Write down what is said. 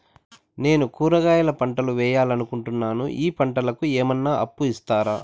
నేను కూరగాయల పంటలు వేయాలనుకుంటున్నాను, ఈ పంటలకు ఏమన్నా అప్పు ఇస్తారా?